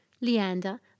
Leander